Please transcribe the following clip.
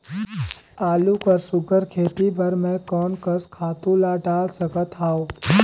आलू कर सुघ्घर खेती बर मैं कोन कस खातु ला डाल सकत हाव?